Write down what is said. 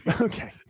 Okay